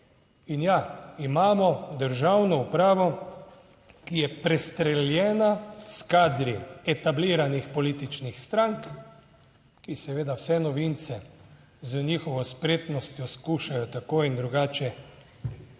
In ja, imamo državno upravo, ki je prestreljena s kadri etabliranih političnih strank, ki seveda vse novince z njihovo spretnostjo skušajo tako in drugače